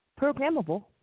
programmable